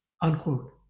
unquote